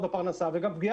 גם לא כולם רוצים.